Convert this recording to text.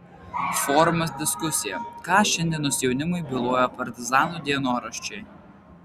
forumas diskusija ką šiandienos jaunimui byloja partizanų dienoraščiai